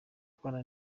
kubana